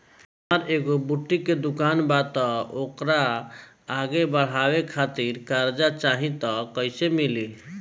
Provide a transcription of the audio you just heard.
हमार एगो बुटीक के दुकानबा त ओकरा आगे बढ़वे खातिर कर्जा चाहि त कइसे मिली?